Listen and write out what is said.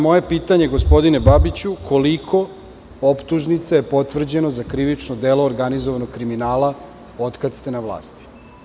Moje pitanje gospodine Babiću, koliko optužnica je potvrđeno za krivično delo organizovanog kriminala od kada ste na vlasti?